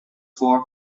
four